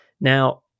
Now